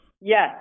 Yes